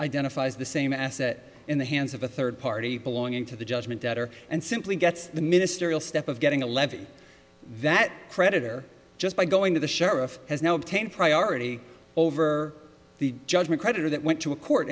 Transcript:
identifies the same asset in the hands of a third party belonging to the judgment debtor and simply gets the ministerial step of getting a levy that creditor just by going to the sheriff has now obtained priority over the judgment creditor that went to a court